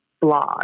blog